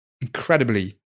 incredibly